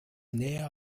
näher